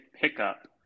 pickup